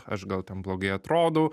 aš gal ten blogai atrodau